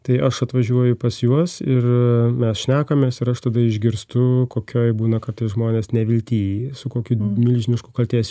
tai aš atvažiuoju pas juos ir mes šnekamės ir aš tada išgirstu kokioj būna kartais žmonės nevilty su kokiu milžinišku kaltės